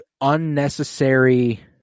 unnecessary